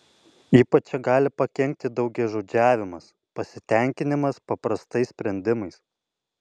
ypač čia gali pakenkti daugiažodžiavimas pasitenkinimas paprastais sprendimais